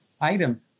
item